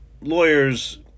lawyers